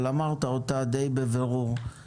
אמרת אותה די בבירור.